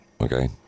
okay